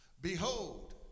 Behold